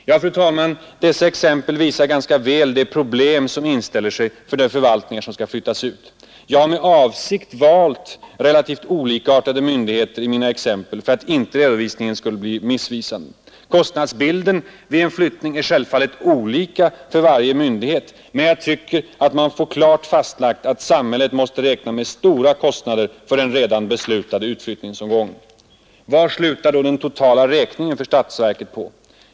Ja, fru talman, dessa exempel visar ganska väl de problem som inställer sig för de förvaltningar som skall flyttas ut. Jag har med avsikt valt relativt olikartade myndigheter i mina exempel för att redovisningen inte skall bli missvisande. Kostnadsbilden vid en flyttning är självfallet olika för varje myndighet, men jag tycker att man får klart fastlagt att samhället måste räkna med stora kostnader för den redan beslutade Vad slutar då den totala räkningen för statsverket för etapp 1 på?